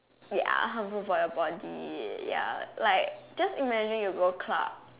ya harmful for your body ya like just imagine you go club